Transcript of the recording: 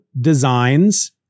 designs